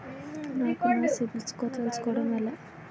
నాకు నా CIBIL score తెలుసుకోవడం ఎలా?